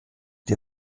die